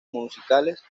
musicales